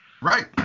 Right